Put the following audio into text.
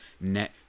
net